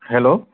hello